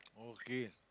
okay